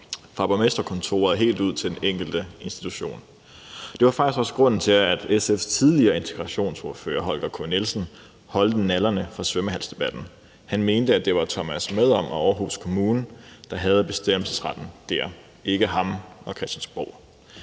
fra borgmesterkontoret og helt ud til den enkelte institution. Det var faktisk også grunden til, at SF's tidligere integrationsordfører Holger K. Nielsen holdt nallerne fra svømmehalsdebatten. Han mente, at det var Thomas Medom og Aarhus Kommune, der havde bestemmelsesretten der, og ikke ham og Christiansborg.